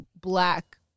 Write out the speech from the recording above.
black